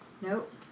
Nope